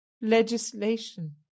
legislation